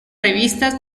revistas